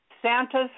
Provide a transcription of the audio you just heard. Santa's